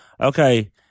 Okay